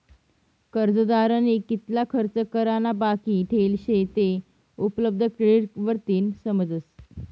कर्जदारनी कितला खर्च करा ना बाकी ठेल शे ते उपलब्ध क्रेडिट वरतीन समजस